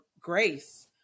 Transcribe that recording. grace